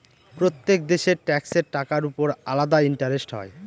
প্রত্যেক দেশের ট্যাক্সের টাকার উপর আলাদা ইন্টারেস্ট হয়